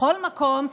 בכל מקום,